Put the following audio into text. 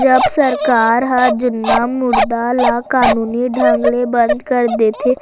जब सरकार ह जुन्ना मुद्रा ल कानूनी ढंग ले बंद कर देथे,